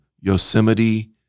yosemite